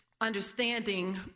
understanding